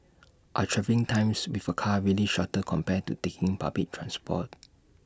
are travelling times with A car really shorter compared to taking public transport